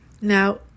Now